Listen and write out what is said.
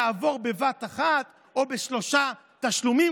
יעבור בבת אחת או בשלושה תשלומים,